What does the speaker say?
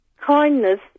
Kindness